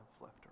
left